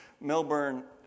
Melbourne